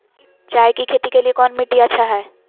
चाय की खेती के लिए कौन मिट्टी अच्छा हाय?